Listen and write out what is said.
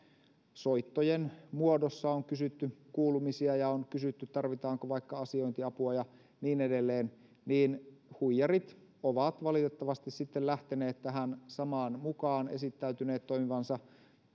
soittojen muodossa on kysytty kuulumisia ja on kysytty tarvitaanko vaikka asiointiapua ja niin edelleen niin huijarit ovat valitettavasti sitten lähteneet tähän samaan mukaan esittäytyneet toimivansa